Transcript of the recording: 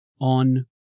On